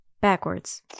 backwards